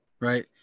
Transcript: right